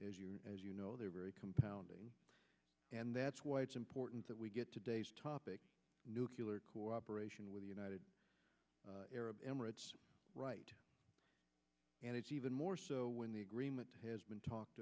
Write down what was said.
or as you know they're very compounding and that's why it's important that we get today's topic nucular cooperation with the united arab emirates right and it's even more so when the agreement has been talked